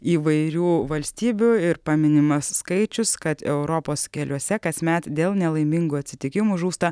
įvairių valstybių ir paminimas skaičius kad europos keliuose kasmet dėl nelaimingų atsitikimų žūsta